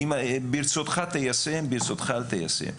"ברצונך תיישם; ברצונך אל תיישם".